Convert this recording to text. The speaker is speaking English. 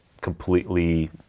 completely